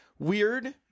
Weird